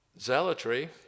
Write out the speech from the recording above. zealotry